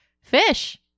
fish